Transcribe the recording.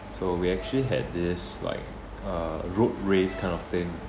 so we actually had this like uh road race kind of thing